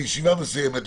בישיבה מסוימת,